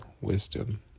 wisdom